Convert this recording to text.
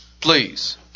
please